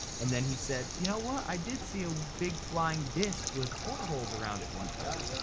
and then he said, you know what? i did see a big flying disc with portholes around it one time.